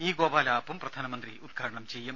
E Gopala ആപ്പും പ്രധാനമന്ത്രി ഉദ്ഘാടനം ചെയ്യും